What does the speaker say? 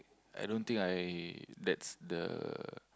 i don't think I that's the